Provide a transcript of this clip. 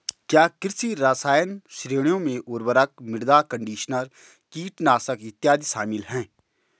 क्या कृषि रसायन श्रेणियों में उर्वरक, मृदा कंडीशनर, कीटनाशक इत्यादि शामिल हैं?